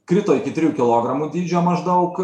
krito iki trijų kilogramų dydžio maždaug